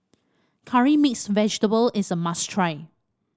Curry Mixed Vegetable is a must try